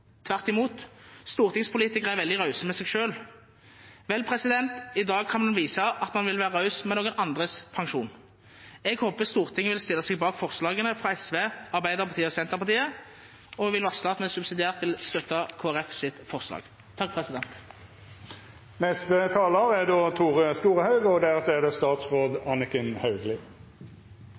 Tvert imot. Stortingspolitikere er veldig rause med seg selv. Vel, i dag kan man vise at man vil være raus med noen andres pensjon. Jeg håper Stortinget vil stille seg bak forslagene fra SV, Arbeiderpartiet og Senterpartiet, og vil varsle at vi subsidiært vil støtte forslaget til Kristelig Folkeparti. Eg opplever at komiteen deler mykje av intensjonen til forslagsstillarane om tryggleik for pensjon for arbeidstakarar, og at ein skal handtere dei likt, anten det